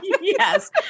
Yes